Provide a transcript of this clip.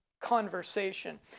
conversation